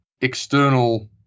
external